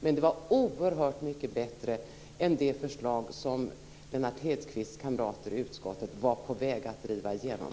Men det var oerhört mycket bättre än det förslag som Lennart Hedquists kamrater i utskottet var på väg att driva igenom.